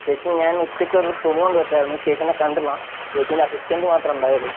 ചേച്ചി ഞാൻ ഉച്ചയ്ക്കു വന്നു തുണി കൊണ്ടുവച്ചിരുന്നു ചേച്ചീനെ കണ്ടില്ല ചേച്ചീൻ്റെ അസിസ്റ്റൻ്റ് മാത്രമേ ഉണ്ടായുള്ളൂ